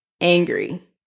angry